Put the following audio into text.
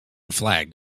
flagged